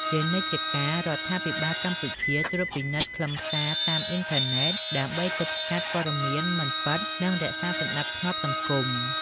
ជានិច្ចជាកាល រដ្ឋាភិបាលកម្ពុជាត្រួតពិនិត្យខ្លឹមសារតាមអ៊ីនធឺណិតដើម្បីទប់ស្កាត់ព័ត៌មានមិនពិត និងរក្សាសណ្តាប់ធ្នាប់សង្គម។